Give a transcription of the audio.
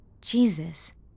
Jesus